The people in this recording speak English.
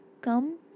come